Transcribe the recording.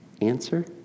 Answer